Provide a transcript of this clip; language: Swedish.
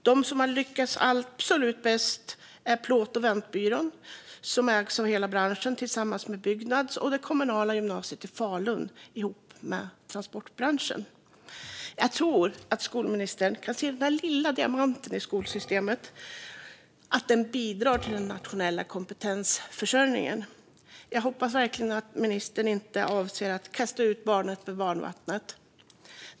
De som har lyckats absolut bäst är Plåt & Ventbyrån, som ägs av hela branschen tillsammans med Byggnads, och det kommunala gymnasiet i Falun ihop med transportbranschen. Jag tror att skolministern kan se att denna lilla diamant i skolsystemet bidrar till den nationella kompetensförsörjningen. Jag hoppas verkligen att ministern inte avser att kasta ut barnet med badvattnet.